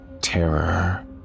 terror